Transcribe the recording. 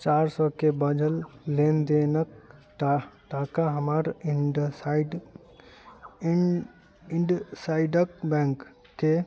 चारि सए के बाझल लेनदेनक टा टाका हमर इण्डसाइड इन इण्ड साइडक बैङ्कके